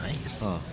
Nice